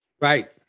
right